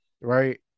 right